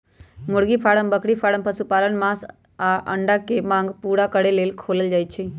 मुर्गी फारम बकरी फारम पशुपालन मास आऽ अंडा के मांग पुरा करे लेल खोलल जाइ छइ